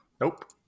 Nope